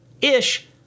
Ish